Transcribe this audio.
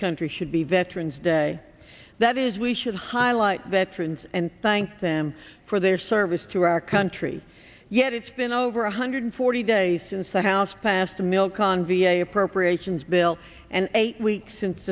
country should be veterans day that is we should highlight veterans and thank them for their service to our country yet it's been over one hundred forty days since the house passed the milk on v a appropriations bill and eight weeks since